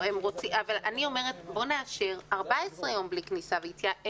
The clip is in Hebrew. אני אומרת: בואו ונאשר 14 יום בלי כניסה ויציאה,